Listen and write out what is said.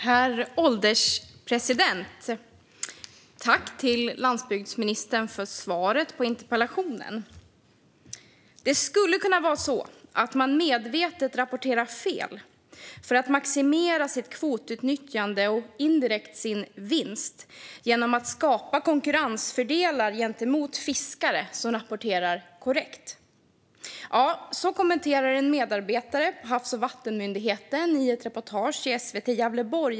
Herr ålderspresident! Tack, landsbygdsministern, för svaret på interpellationen! "Det skulle kunna vara så att man medvetet rapporterar fel för att maximera sitt kvotutnyttjande och indirekt sin vinst genom att skapa konkurrensfördelar gentemot fiskare som rapporterar korrekt." Så uttalar sig en medarbetare på Havs och vattenmyndigheten i ett reportage från SVT Gävleborg.